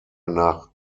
nach